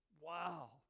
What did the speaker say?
Wow